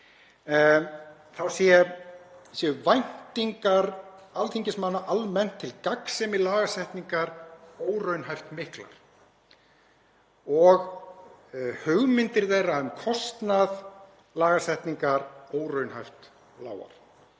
að væntingar alþingismanna almennt til gagnsemi lagasetningar séu óraunhæft miklar og hugmyndir þeirra um kostnað lagasetningar óraunhæft lágar.